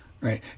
Right